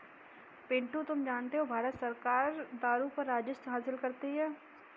पिंटू तुम जानते हो भारत सरकार दारू पर राजस्व हासिल करती है